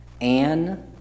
Anne